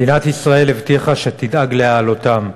מדינת ישראל הבטיחה שתדאג להעלותם,